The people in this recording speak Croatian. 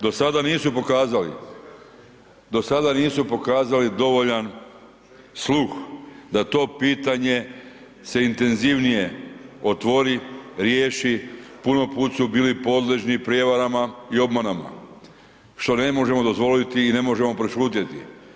Do sada nisu pokazali, do sada nisu pokazali dovoljan sluh, da to pitanje se intenzivnije otvori, riješi, puno put su bili podležni prijevarama i obmanama, što ne možemo dozvoliti i ne možemo prešutjeti.